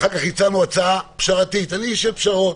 אחר כך הצענו הצעת פשרה, אני איש של פשרות.